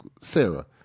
Sarah